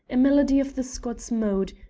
a melody of the scots mode,